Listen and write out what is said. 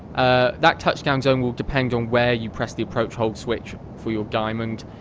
ah that touchdown zone will depend on where you press the approach hold switch for your diamond.